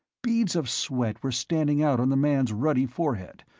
beads of sweat were standing out on the man's ruddy forehead,